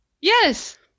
yes